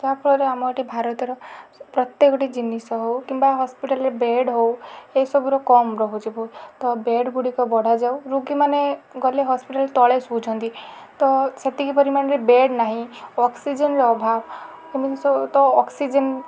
ଯାହାଫଳରେ ଆମ ଏଠି ଭାରତର ପ୍ରତ୍ୟେକଟି ଜିନିଷ ହେଉ କିମ୍ବା ହସ୍ପିଟାଲ୍ରେ ବେଡ଼ ହେଉ ଏ ସବୁର କମ୍ ରହୁଛି ଭୁଲ୍ ତ ବେଡ଼ ଗୁଡ଼ିକ ବଢ଼ାଯାଉ ରୋଗୀମାନେ ଗଲେ ହସ୍ପିଟାଲ୍ ତଳେ ଶୋଉଛନ୍ତି ତ ସେତିକି ପରିମାଣରେ ବେଡ଼ ନାହିଁ ଅକ୍ସିଜେନ୍ ର ଅଭାବ ଏମିତି ସବୁ ତ ଅକ୍ସିଜେନ୍